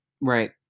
Right